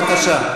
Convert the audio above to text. בבקשה.